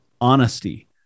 Honesty